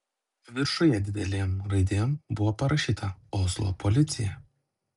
viršuje didelėm raidėm buvo parašyta oslo policija